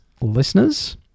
Listeners